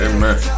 Amen